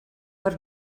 per